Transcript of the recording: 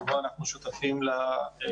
אנחנו, כמובן, שותפים לדברים.